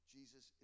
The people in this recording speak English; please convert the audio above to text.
Jesus